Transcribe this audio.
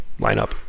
lineup